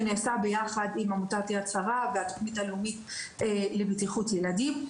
שנעשה ביחד עם עמותת יד שרה והתוכנית הלאומית לבטיחות ילדים,